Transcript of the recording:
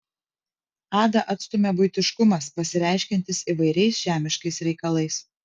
adą atstumia buitiškumas pasireiškiantis įvairiais žemiškais reikalais